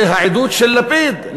זה העידוד של לפיד,